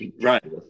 Right